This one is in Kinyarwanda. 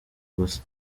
gusa